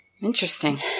Interesting